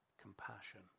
compassion